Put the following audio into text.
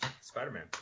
Spider-Man